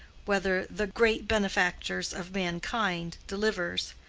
whether the great benefactors of mankind, deliverers,